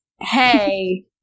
hey